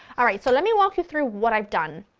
alright, so let me walk you through what i've done.